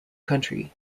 country